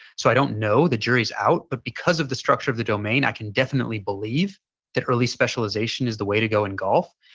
so i don't know. the jury's out but because of the structure of the domain i can definitely believe that early specialization is the way to go in golf.